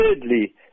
thirdly